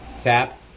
tap